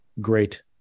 great